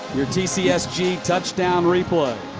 tcsg touchdown replay.